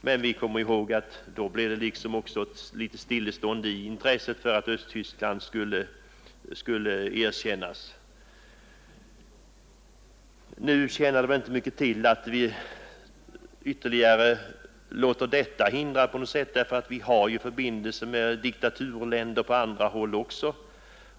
Det blev också, som vi kommer ihåg, ett stillestånd i intresset för att Östtyskland skulle erkännas. Nu tjänar det väl inte mycket till att vi låter sådana händelser hindra ett erkännande. Vi har ju förbindelser med diktaturländer på andra håll.